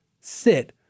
sit